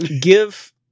Give